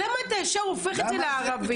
אז למה אתה ישר הופך את זה לערבים?